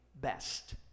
best